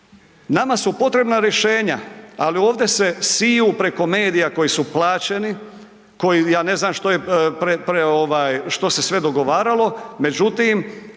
nama su potrebna rješenja, ali ovdje se siju preko medija koji su plaćeni, koji, ja ne znam što je, ovaj, što se sve dogovaralo, međutim,